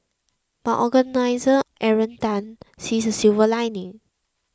but organiser Aaron Tan sees a silver lining